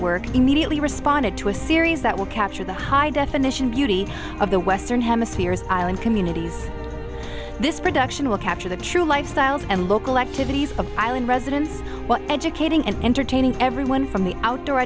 work immediately responded to a series that will capture the high definition beauty of the western hemisphere is island communities this production will capture the true lifestyles and local activities of island residents educating and entertaining everyone from the outdoor